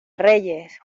reyes